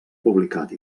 publicat